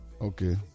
Okay